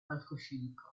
palcoscenico